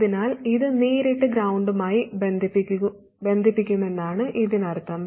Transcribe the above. അതിനാൽ ഇത് നേരിട്ട് ഗ്രൌണ്ട് മായി ബന്ധിപ്പിക്കുമെന്നാണ് ഇതിനർത്ഥം